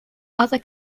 other